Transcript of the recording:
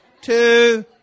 two